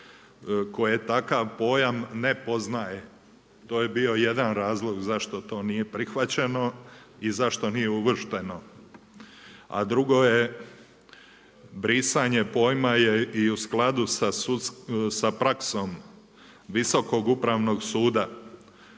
koje takav pojam ne poznaje, to je bio jedan razlog zašto to nije prihvaćeno i zašto nije uvršteno. A drugo je, brisanje pojma je i u skladu sa praksom Visokog upravnog suda